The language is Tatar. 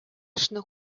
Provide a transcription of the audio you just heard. эшне